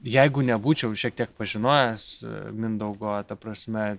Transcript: jeigu nebūčiau šiek tiek pažinojęs mindaugo ta prasme